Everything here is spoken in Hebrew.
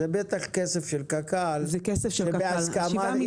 וזה בטח כסף של קק"ל שבהסכמה עם